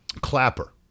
Clapper